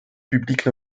public